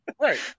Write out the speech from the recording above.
Right